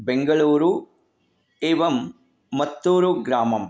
बेङ्गळूरु एवं मत्तूरुग्रामः